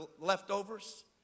leftovers